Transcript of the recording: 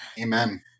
Amen